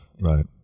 Right